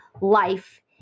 life